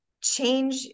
change